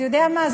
אתה יודע מה?